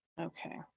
Okay